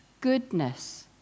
goodness